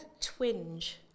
twinge